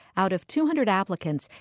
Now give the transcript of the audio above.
out of two hundred applicants,